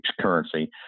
currency